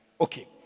Okay